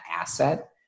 asset